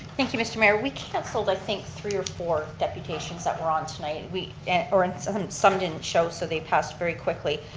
thank you mr. mayor. we canceled i thing three or four deputations that were on tonight, and or and some some didn't show so they passed very quickly.